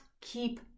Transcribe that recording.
keep